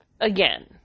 again